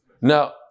Now